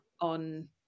on